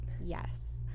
Yes